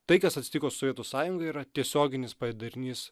tai kas atsitiko su sovietų sąjunga yra tiesioginis padarinys